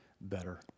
better